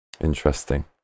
Interesting